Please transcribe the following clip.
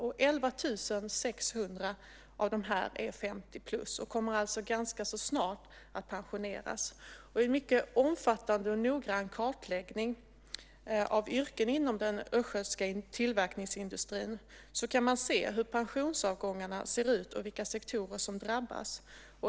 11 600 av dessa är i åldern 50-plus och kommer alltså ganska snart att pensioneras. I en mycket omfattande och noggrann kartläggning av yrken inom den östgötska tillverkningsindustrin kan man se hur pensionsavgångarna ser ut och vilka sektorer som drabbas.